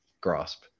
grasp